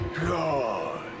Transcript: god